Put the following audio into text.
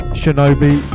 shinobi